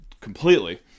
completely